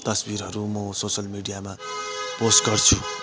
तस्विरहरू म सोसियल मिडियामा पोस्ट गर्छु